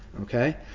okay